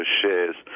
shares